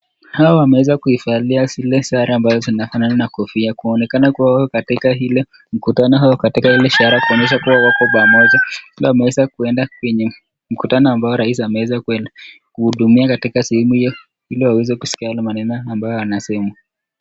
Hawa wameweza kuivalia zile sare ambazo zinafanana na kofia kuonekana kuwa wako katika ile mkutano au katika ile ishara kuonyesha wako pamoja. Pia wameweza kuenda kwenye mkutano ambao rais ameweza kuenda. Kuhudumia katika sehemu hiyo ili waweze kuskia yale maneno ambayo yanasemwa.